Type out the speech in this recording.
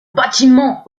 bâtiment